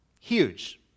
Huge